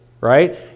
right